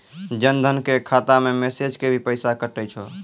जन धन के खाता मैं मैसेज के भी पैसा कतो छ?